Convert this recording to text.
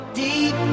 deep